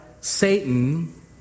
Satan